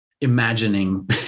imagining